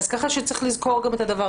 צריך לזכור גם את זה.